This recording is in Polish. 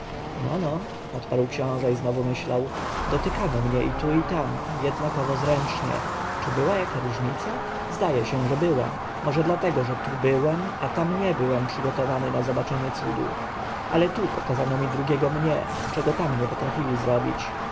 no no odparł książę i znowu myślał dotykano mnie tu i tam jednakowo zręcznie czy była jaka różnica zdaje się że była może dlatego że tu byłem a tam nie byłem przygotowany na zobaczenie cudu ale tu pokazano mi drugiego mnie czego tam nie potrafili zrobić